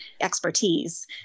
expertise